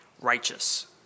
righteous